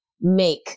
make